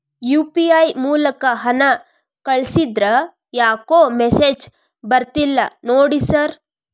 UPI ಮೂಲಕ ಹಣ ಕಳಿಸಿದ್ರ ಯಾಕೋ ಮೆಸೇಜ್ ಬರ್ತಿಲ್ಲ ನೋಡಿ ಸರ್?